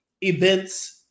events